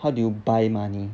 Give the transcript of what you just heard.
how do you buy money